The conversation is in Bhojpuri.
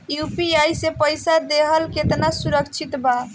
यू.पी.आई से पईसा देहल केतना सुरक्षित बा?